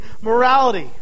morality